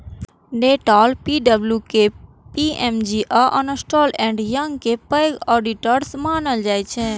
Deloitte, पी.डब्ल्यू.सी, KPMG आ Ernst and Young कें पैघ ऑडिटर्स मानल जाइ छै